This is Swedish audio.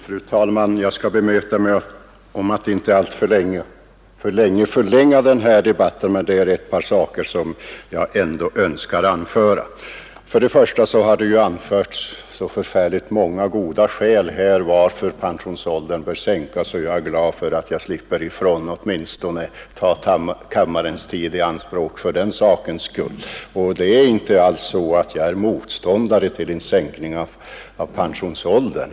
Fru talman! Jag skall bemöda mig om att inte förlänga denna debatt alltför mycket, men det är ett par saker som jag ändå önskar säga något om. Först och främst har det anförts så många och så goda skäl för sänkt pensionsålder att jag är glad att jag åtminstone slipper ta kammarens tid i anspråk för den sakens skull. Det är nämligen inte alls så att jag är motståndare till en sänkning av pensionsåldern.